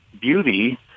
beauty